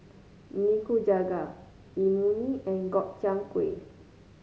Nikujaga Imoni and Gobchang Gui